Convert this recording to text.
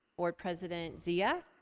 or president zia,